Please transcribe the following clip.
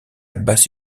basse